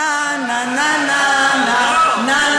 נה, נה, נה, נה,